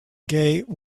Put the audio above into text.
gate